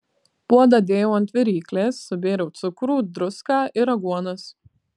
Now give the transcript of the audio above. puodą dėjau ant viryklės subėriau cukrų druską ir aguonas